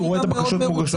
הוא רואה את הבקשות מוגשות.